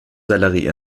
sellerie